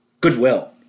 Goodwill